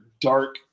dark